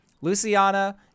Luciana